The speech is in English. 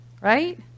right